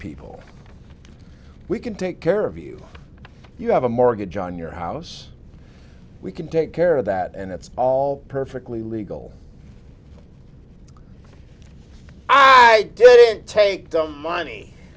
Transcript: people we can take care of you you have a mortgage on your house we can take care of that and it's all perfectly legal i didn't take the money